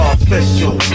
Official